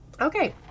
Okay